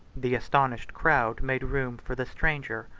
the astonished crowd made room for the stranger,